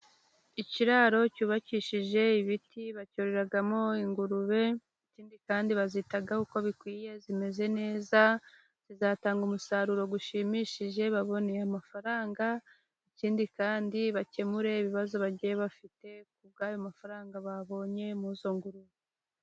Ikiraro cyubakishije ibiti bacyororeramo ingurube, ikindi kandi bazitaho uko bikwiye, zimeze neza, zizatanga umusaruro ,ushimishije babone amafaranga, kindi kandi bakemure ibibazo bagiye bafite ku bw'ayo mafaranga babonye muri izo ngurube.